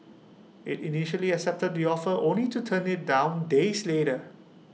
IT initially accepted the offer only to turn IT down days later